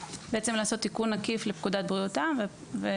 לעשות תיקון עקיף לפקודת תיקון העם.